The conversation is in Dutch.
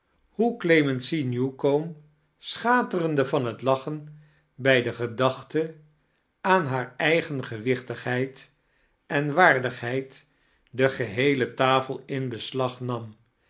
hoe clemency newcome schaterende van het lachen bij de gedachte aan haar edgen gewiobtigheid en waardigheid de geheele tafel in bes lag nam